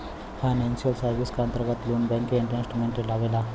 financial service क अंतर्गत loan banking investment आवेला